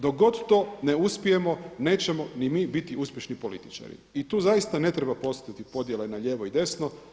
Dok god to ne uspijemo nećemo ni mi biti uspješni političari i tu zaista ne treba postojati podjela i na lijevo i desno.